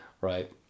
right